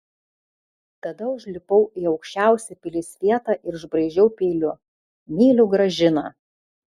tada užlipau į aukščiausią pilies vietą ir išbraižiau peiliu myliu gražiną